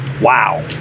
Wow